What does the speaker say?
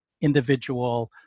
individual